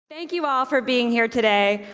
thank you all for being here today.